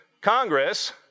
Congress